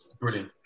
brilliant